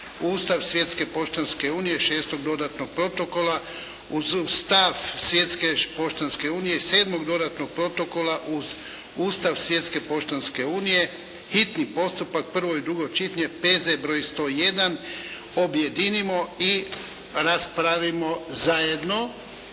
Ustav Svjetske poštanske unije, šestog dodatnog protokola uz Ustav Svjetske poštanske unije i sedmog dodatnog protokola uz Ustav Svjetske poštanske unije, hitni postupak, prvo i drugo čitanje, P.Z. broj 101 objedinimo i raspravimo zajedno